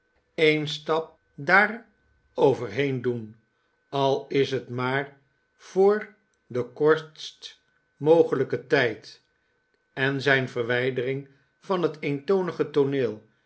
een stap daarover heen doen al is het maar voor den kortst mogelijken tijd en zijn verwijdering van het eentonige tooneel